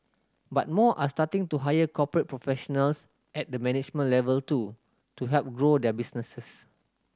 but more are starting to hire corporate professionals at the management level too to help grow their businesses